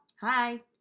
Hi